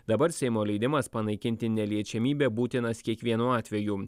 dabar seimo leidimas panaikinti neliečiamybę būtinas kiekvienu atveju